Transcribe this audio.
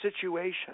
situation